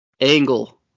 Angle